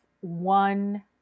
one